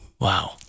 Wow